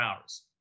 hours